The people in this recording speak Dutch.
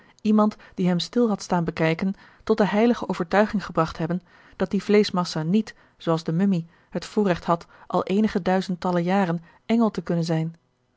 iemand die hem stil had staan bekijken tot de heilige overtuiging gebragt hebben dat die vleeschmassa niet zoo als de mumie het voorregt had al eenige duizendtallen jaren engel te kunnen zijn